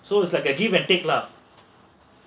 so it's like a give and take lah